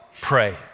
pray